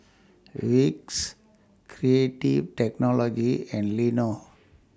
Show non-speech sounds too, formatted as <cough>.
Vicks Creative Technology and <unintelligible>